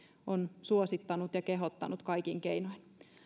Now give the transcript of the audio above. on suosittanut ja kehottanut kaikin keinoin